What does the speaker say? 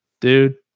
dude